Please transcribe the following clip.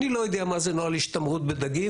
אני לא יודע מה זה נוהל השתמרות בדגים.